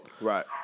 Right